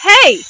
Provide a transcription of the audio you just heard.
Hey